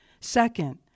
Second